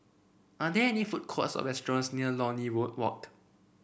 are there any food courts or restaurants near Lornie Walk